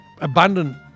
abundant